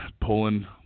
pulling